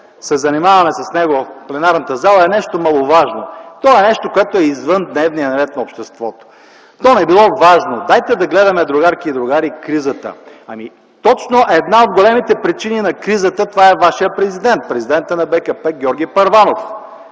се занимаваме в пленарната зала, е нещо маловажно. То е нещо, което е извън дневния ред на обществото. Това не било важно. Дайте да гледаме, другарки и другари, кризата. Ами, точно една от големите причини на кризата е вашият президент – президентът на БКП Георги Първанов.